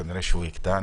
כנראה שיקטע.